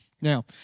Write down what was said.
Now